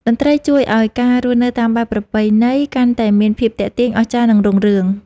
តន្ត្រីជួយឱ្យការរស់នៅតាមបែបប្រពៃណី កាន់តែមានភាពទាក់ទាញ អស្ចារ្យ និងរុងរឿង។